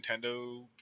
nintendo